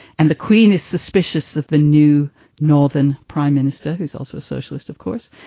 and the queen is suspicious of the new northern prime minister, who is also a socialist, of course.